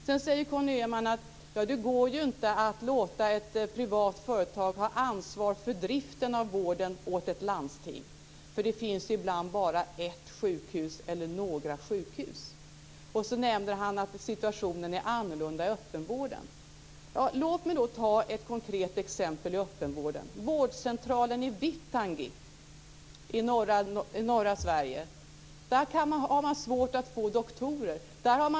Vidare säger Conny Öhman att det inte går att låta ett privat företag ha ansvar för driften av vården åt ett landsting därför att det ibland bara finns ett eller några sjukhus. Han nämner också att situationen är annorlunda i öppenvården. Låt mig då ta ett konkret exempel från öppenvården. På vårdcentralen i Vittangi i norra Sverige har man svårt att få doktorer.